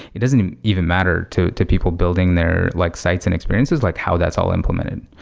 it doesn't even matter to to people building their like sites and experiences, like how that's all implement.